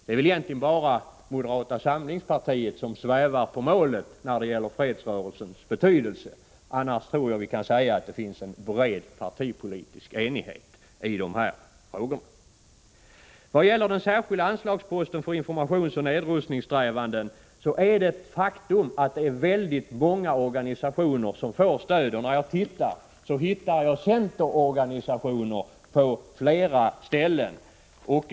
Det är väl egentligen bara moderata samlingspartiet som svävar på målet när det gäller fredsrörelsens betydelse. Annars tror jag att det finns en bred partipolitisk enighet i dessa frågor. Vad gäller den särskilda anslagsposten Information om fredsoch nedrustningssträvanden är det ett faktum att väldigt många organisationer får stöd från detta anslag. När jag tittar efter närmare så hittar jag centerorganisationer på flera ställen.